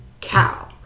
Cow